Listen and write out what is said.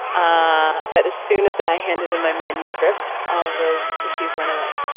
ah but as soon as i handed in my manuscript, all those issues went away.